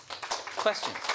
Questions